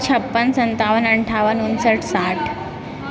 छप्पन सन्ताबन अन्ठाबन उनसठि साठि